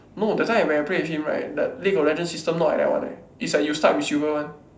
no that time when I play with him right the league-of-legends system not like that one eh it's like you start with silver one